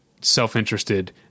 self-interested